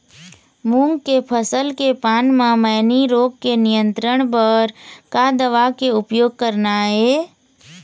मूंग के फसल के पान म मैनी रोग के नियंत्रण बर का दवा के उपयोग करना ये?